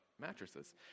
mattresses